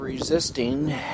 Resisting